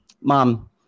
Mom